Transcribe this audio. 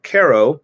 Caro